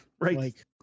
right